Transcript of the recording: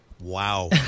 Wow